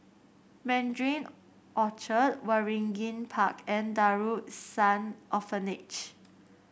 Mandarin Orchard Waringin Park and Darul Ihsan Orphanage